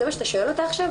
זה מה שאתה שואל אותה עכשיו?